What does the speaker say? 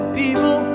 people